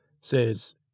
Says